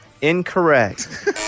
Incorrect